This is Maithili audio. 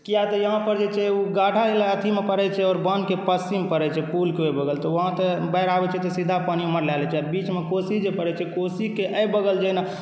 किया तऽ यहाँ पर जे छै गाढ़ा या अथीमे पड़ैत छै आओर बान्हके पश्चिम पड़ैत छै पूलके ओहि बगल तऽ वहाँ तऽ बाढ़ि आबैत छै तऽ सीधा पानि उमहर लए लैत छै आ बीचमे कोशी जे पड़ैत छै कोशीके एहि बगल जेना